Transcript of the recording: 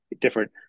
different